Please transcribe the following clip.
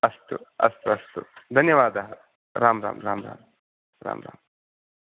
अस्तु अस्तु अस्तु धन्यवादः राम् राम् राम् राम् राम् राम्